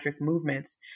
movements